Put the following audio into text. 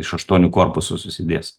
iš aštuonių korpusų susidės